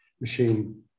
machine